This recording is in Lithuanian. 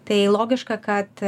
tai logiška kad